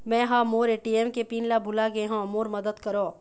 मै ह मोर ए.टी.एम के पिन ला भुला गे हों मोर मदद करौ